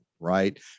right